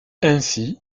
ainsi